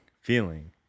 feeling